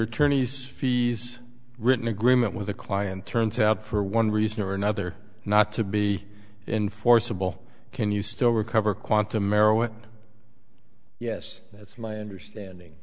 attorneys fees written agreement with the client turns out for one reason or another not to be enforceable can you still recover quantum maryland yes that's my understanding